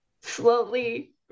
Slowly